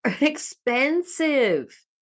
expensive